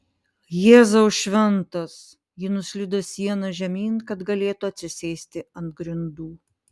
jėzau šventas ji nuslydo siena žemyn kad galėtų atsisėsti ant grindų